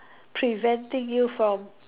preventing you from